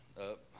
up